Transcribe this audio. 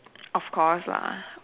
of course lah